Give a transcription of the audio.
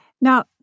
Now